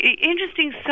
interesting